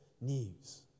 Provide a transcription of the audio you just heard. news